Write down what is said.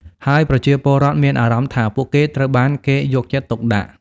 ហើយប្រជាពលរដ្ឋមានអារម្មណ៍ថាពួកគេត្រូវបានគេយកចិត្តទុកដាក់។